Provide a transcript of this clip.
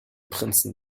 prinzen